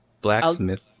blacksmith